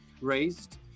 raised